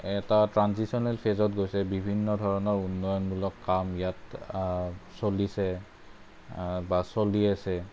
এটা ট্ৰানজিচনেল ফেজত গৈছে বিভিন্ন ধৰণৰ উন্নয়নমূলক কাম ইয়াত চলিছে বা চলি আছে